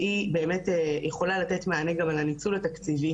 שהיא יכולה לתת מענה גם על הניצול התקציבי